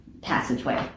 passageway